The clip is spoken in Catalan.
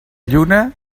lluna